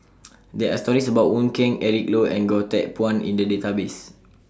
There Are stories about Wong Keen Eric Low and Goh Teck Phuan in The Database